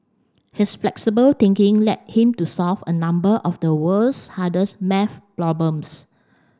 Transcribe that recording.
his flexible thinking led him to solve a number of the world's hardest maths problems